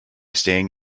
staying